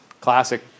Classic